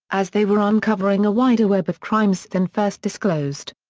as they were uncovering a wider web of crimes than first disclosed.